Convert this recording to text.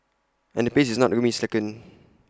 and the pace is not going slacken